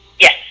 Yes